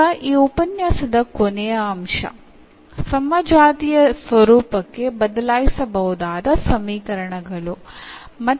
ಈಗ ಈ ಉಪನ್ಯಾಸದ ಕೊನೆಯ ಅಂಶ ಸಮಜಾತೀಯ ಸ್ವರೂಪಕ್ಕೆ ಬದಲಾಯಿಸಬಹುದಾದ ಸಮೀಕರಣಗಳು